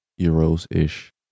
euros-ish